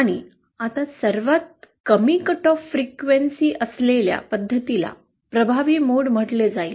आणि आता सर्वात कमी कट ऑफ फ्रिक्वेन्सी असलेल्या पद्धतीला प्रभावी मोड म्हटले जाईल